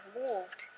moved